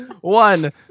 one